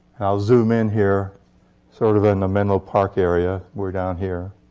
and i'll zoom in here sort of in the menlo park area we're down here